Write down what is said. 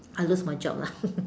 I will lose my job lah